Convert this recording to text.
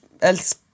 else